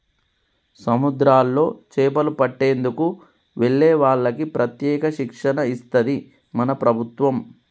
సముద్రాల్లో చేపలు పట్టేందుకు వెళ్లే వాళ్లకి ప్రత్యేక శిక్షణ ఇస్తది మన ప్రభుత్వం